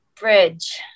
Bridge